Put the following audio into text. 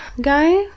guy